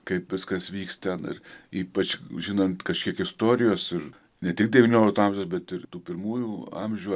kaip viskas vyks ten ir ypač žinant kažkiek istorijos ir ne tik devyniolikto amžiaus bet ir tų pirmųjų amžių